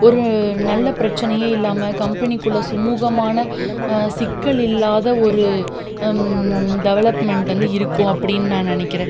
ஒரு நல்ல பிரச்சனையே இல்லாமல் கம்பெனிக்குள்ளே சுமுகமான சிக்கல் இல்லாத ஒரு டெவலப்மெண்ட் வந்து இருக்கும் அப்படினு நான் நினைக்கிறேன்